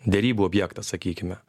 derybų objektas sakykime